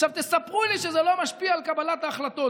עכשיו תספרו לי שזה לא משפיע על קבלת ההחלטות,